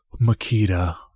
Makita